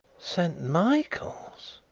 st. michael's!